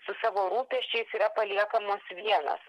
su savo rūpesčiais yra paliekamos vienos